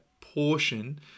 portion